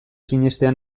sinestea